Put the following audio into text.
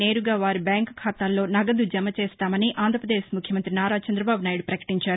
నేరుగా వారి బ్యాంకు ఖాతాల్లో నగదు జమ చేస్తామని ఆంధ్రపదేశ్ ముఖ్యమంత్రి నారా చంద్రదబాబు నాయుడు పకటించారు